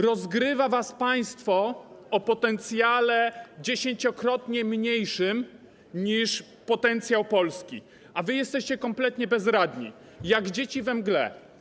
Rozgrywa was państwo o potencjale 10-krotnie mniejszym niż potencjał Polski, a wy jesteście kompletnie bezradni - jak dzieci we mgle.